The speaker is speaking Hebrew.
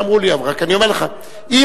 אמרו לי מה שאמרו לי, אני אומר לך שהמכתב כתוב.